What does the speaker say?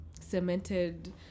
cemented